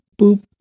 boop